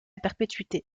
perpétuité